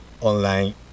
online